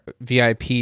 VIP